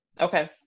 Okay